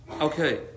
Okay